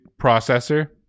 processor